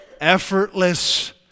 Effortless